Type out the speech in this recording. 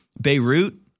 Beirut